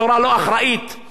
הפרקליטות היא כבר לא פרקליטות,